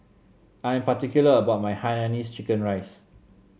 I'm particular about my Hainanese Chicken Rice